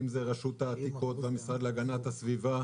אם זה רשות העתיקות ואם זה המשרד להגנת הסביבה.